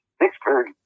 Vicksburg